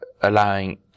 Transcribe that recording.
allowing